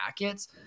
brackets